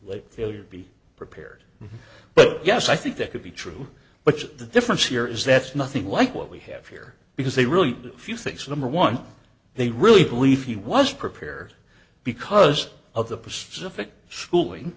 late failure be prepared but yes i think that could be true but the difference here is that's nothing like what we have here because they really do few things number one they really believe he was prepared because of the pacific schooling